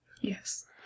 Yes